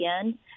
again